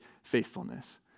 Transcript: Faithfulness